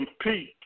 compete